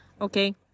okay